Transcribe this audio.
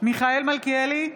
מיכאל מלכיאלי,